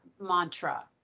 mantra